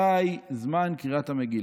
מתי זמן קריאת המגילה?